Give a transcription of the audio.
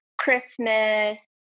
Christmas